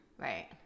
Right